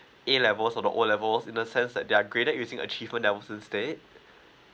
A levels or the O levels in the sense that they are graded using achievement there was instead